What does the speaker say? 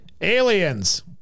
Aliens